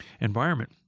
environment